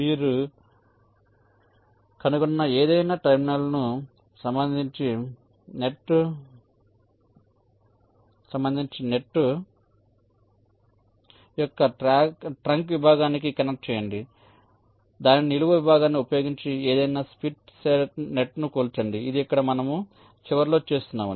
మీరు కనుగొన్న ఏదైనా టెర్మినల్ను సంబంధిత నెట్ యొక్క ట్రంక్ విభాగానికి కనెక్ట్ చేయండి దానిని నిలువు విభాగాన్ని ఉపయోగించి ఏదైనా స్ప్లిట్ నెట్ను కూల్చండి ఇది ఇక్కడ మనము చివరిలో చేస్తున్నాము